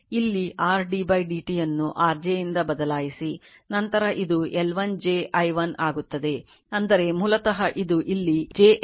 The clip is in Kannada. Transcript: ಇಲ್ಲಿ r d dt ಅನ್ನು rj ಯಿಂದ ಬದಲಾಯಿಸಿ ನಂತರ ಇದು L1 j i1 ಆಗುತ್ತದೆ ಅಂದರೆ ಮೂಲತಃ ಇದು ಇಲ್ಲಿ j L1 i1 ಆಗುತ್ತದೆ ಮತ್ತು ಅದು j M i 2 ಆಗುತ್ತದೆ